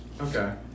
Okay